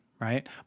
right